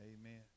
Amen